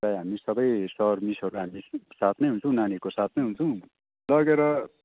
प्रायः हामी सबै सर मिसहरू हामी साथमै हुन्छौँ नानीहरूको साथमै हुन्छौँ लगेर